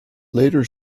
later